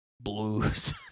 blues